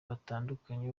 batandukanye